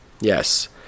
Yes